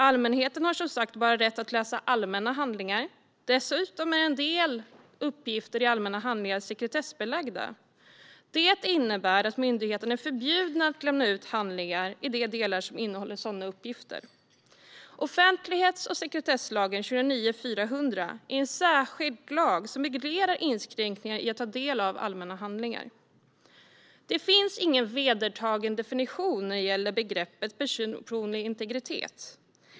Allmänheten har, som sagt, bara rätt att läsa allmänna handlingar. Dessutom är en del uppgifter i allmänna handlingar sekretessbelagda. Det innebär att myndigheterna är förbjudna att lämna ut de delar av handlingar som innehåller sådana uppgifter. Offentlighets och sekretesslagen, 2009:400, är en särskild lag som reglerar inskränkningar i att ta del av allmänna handlingar. Det finns ingen vedertagen definition av begreppet personlig integritet.